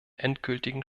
endgültigen